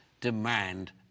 demand